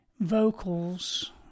Vocals